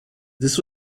this